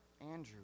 Andrew